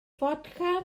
fodca